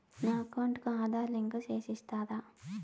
నా అకౌంట్ కు ఆధార్ లింకు సేసి ఇస్తారా?